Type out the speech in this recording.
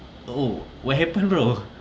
oh what happened bro